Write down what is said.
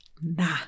Nah